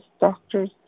doctors